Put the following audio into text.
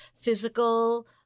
physical